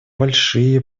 большие